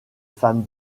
femme